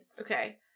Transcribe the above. Okay